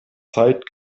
zeit